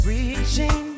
Reaching